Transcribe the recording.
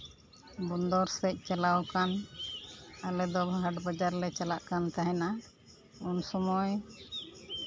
ᱵᱚᱱᱫᱚᱨ ᱥᱮᱫ ᱪᱟᱞᱟᱣ ᱟᱠᱟᱱ ᱟᱞᱮᱫᱚ ᱦᱟᱴ ᱵᱟᱡᱟᱨ ᱞᱮ ᱪᱟᱞᱟᱜ ᱠᱟᱱ ᱛᱟᱦᱮᱱᱟ ᱩᱱ ᱥᱚᱢᱚᱭ